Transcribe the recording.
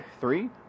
Three